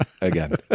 again